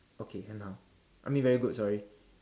okay 很好 I mean very good sorry